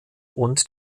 und